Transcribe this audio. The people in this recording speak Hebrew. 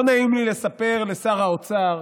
לא נעים לי לספר לשר האוצר: